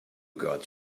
got